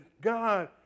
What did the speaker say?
God